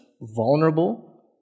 vulnerable